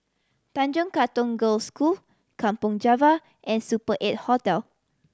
Tanjong Katong Girls' School Kampong Java and Super Eight Hotel